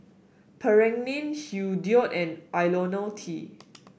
Pregain Hirudoid and IoniL T